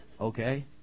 Okay